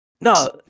No